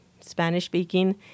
Spanish-speaking